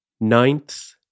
Ninth